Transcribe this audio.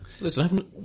Listen